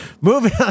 Moving